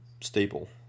staple